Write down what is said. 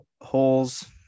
holes